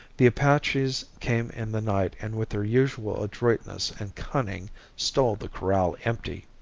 the apaches came in the night and with their usual adroitness and cunning stole the corral empty.